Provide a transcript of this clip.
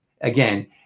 again